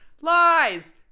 lies